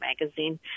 magazine